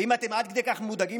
ואם אתם עד כדי כך מודאגים,